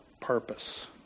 purpose